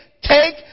take